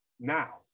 now